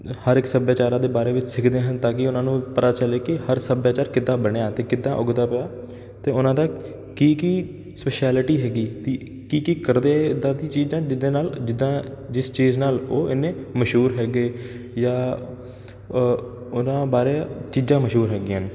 ਹਰ ਇੱਕ ਸੱਭਿਆਚਾਰਾਂ ਦੇ ਬਾਰੇ ਵਿੱਚ ਸਿੱਖਦੇ ਹਨ ਤਾਂ ਕਿ ਉਹਨਾਂ ਨੂੰ ਪਤਾ ਚਲੇ ਕਿ ਹਰ ਸੱਭਿਆਚਾਰ ਕਿੱਦਾਂ ਬਣਿਆ ਅਤੇ ਕਿੱਦਾਂ ਉੱਗਦਾ ਪਿਆ ਅਤੇ ਉਹਨਾਂ ਦਾ ਕੀ ਕੀ ਸ਼ਪੈਸ਼ਲਿਟੀ ਹੈਗੀ ਕੀ ਕੀ ਕੀ ਕਰਦੇ ਇੱਦਾਂ ਦੀਆਂ ਚੀਜ਼ਾਂ ਜਿਹਦੇ ਨਾਲ ਜਿੱਦਾਂ ਜਿਸ ਚੀਜ਼ ਨਾਲ ਉਹ ਇੰਨੇ ਮਸ਼ਹੂਰ ਹੈਗੇ ਜਾਂ ਉਹਨਾਂ ਬਾਰੇ ਚੀਜ਼ਾਂ ਮਸ਼ਹੂਰ ਹੈਗੀਆਂ ਹਨ